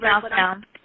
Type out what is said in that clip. southbound